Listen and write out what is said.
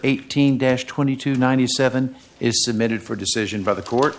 eighteen dash twenty two ninety seven is submitted for decision by the court